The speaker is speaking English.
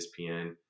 ESPN